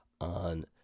on